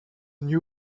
new